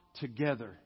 together